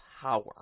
power